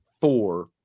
four